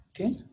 okay